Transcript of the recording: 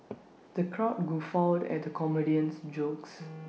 the crowd guffawed at the comedian's jokes